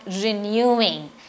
renewing